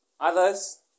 Others